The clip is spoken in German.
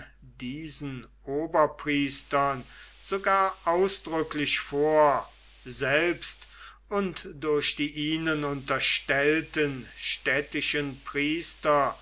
diesen oberpriestern sogar ausdrücklich vor selbst und durch die ihnen unterstellten städtischen priester